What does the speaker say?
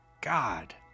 God